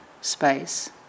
space